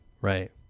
Right